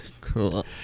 Cool